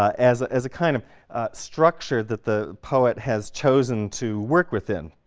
ah as ah as a kind of structure that the poet has chosen to work within,